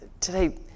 today